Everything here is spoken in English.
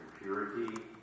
purity